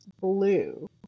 blue